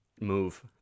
move